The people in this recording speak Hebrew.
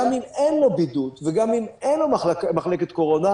גם אם אין לו בידוד וגם אם אין לו מחלקת קורונה,